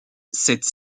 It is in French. cette